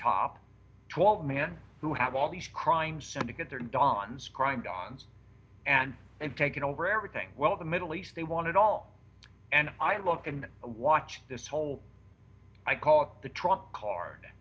top twelve man who have all these crime syndicate their dons crime dogs and and taking over everything well the middle east they want it all and i look and watch this whole i call it the trump card